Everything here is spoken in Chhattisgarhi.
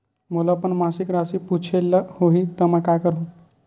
मोला अपन मासिक राशि पूछे ल होही त मैं का करहु?